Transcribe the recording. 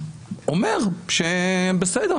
אומר שהם בסדר,